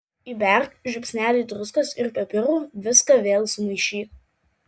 įberk žiupsnelį druskos ir pipirų viską vėl sumaišyk